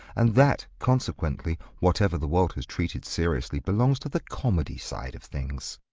and that, consequently, whatever the world has treated seriously belongs to the comedy side of things.